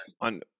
on